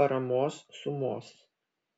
paramos sumos